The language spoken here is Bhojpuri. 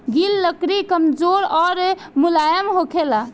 गिल लकड़ी कमजोर अउर मुलायम होखेला